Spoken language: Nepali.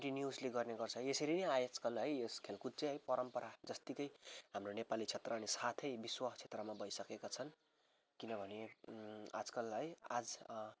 कन्टिन्युसली गर्ने गर्छ यसरी नै आजकल है यस खेलकुद चाहिँ परम्परा जतिकै हाम्रो नेपाली क्षेत्र अनि साथै विश्व क्षेत्रमा भइसकेका छन् किनभने आजकल है आज्